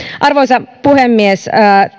arvoisa puhemies